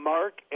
Mark